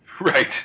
Right